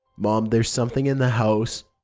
mom, there's something in the house.